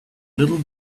little